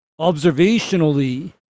observationally